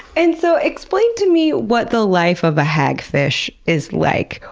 and so, explain to me what the life of a hagfish is like.